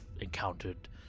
encountered